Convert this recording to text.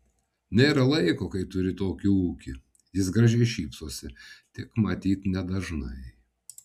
nėra laiko kai turi tokį ūkį jis gražiai šypsosi tik matyt nedažnai